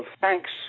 thanks